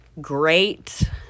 great